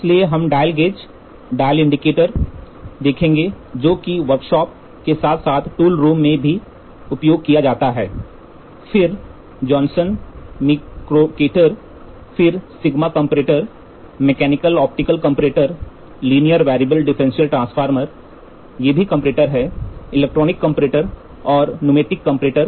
इसलिए हम dial gauge dial indicators देखेंगे जो कि वर्कशॉप के साथ साथ टूल रूम में भी उपयोग किया जाता है फिर जॉन्सन्स मिक्रोकेटर फिर sigma comparator mechanical optical comparator linear variable differential transformer ये भी कंपैरेटर हैं इलेक्ट्रॉनिक कंपैरेटर और न्यूमेटिक कंपैरेटर